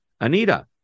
Anita